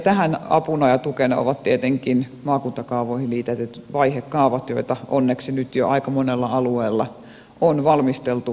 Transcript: tähän apuna ja tukena ovat tietenkin maakuntakaavoihin liitetyt vaihekaavat joita onneksi nyt jo aika monella alueella on valmisteltu energiamaakuntakaavan nimellä